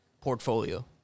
portfolio